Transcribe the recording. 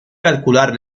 calcular